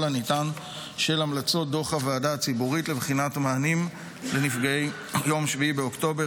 הניתן של המלצות דוח הוועדה הציבורית לבחינת מענים לנפגעי יום 7 באוקטובר